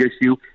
issue